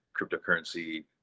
cryptocurrency